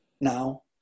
now